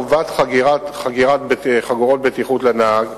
בחינת העברת חובת חגירת חגורות בטיחות לנהג,